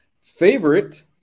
Favorite